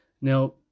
Now